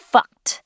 Fucked